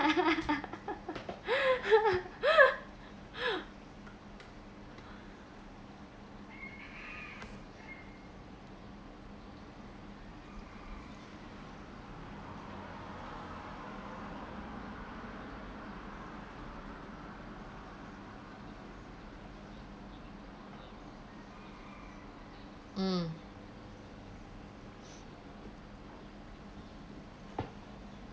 mm